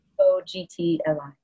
O-G-T-L-I